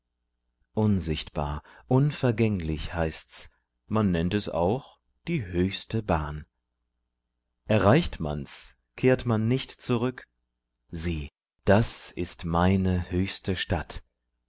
unsichtbar unvergänglich heißt's man nennt es auch die höchste bahn erreicht man's kehrt man nicht zurück sieh das ist meine höchste statt